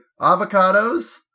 avocados